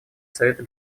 совета